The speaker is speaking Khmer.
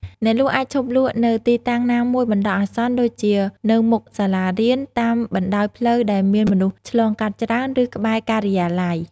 អ្នកលក់អាចឈប់លក់នៅទីតាំងណាមួយបណ្ដោះអាសន្ន ដូចជានៅមុខសាលារៀន តាមបណ្តោយផ្លូវដែលមានមនុស្សឆ្លងកាត់ច្រើន ឬក្បែរការិយាល័យ។